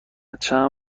چند